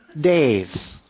days